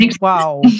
wow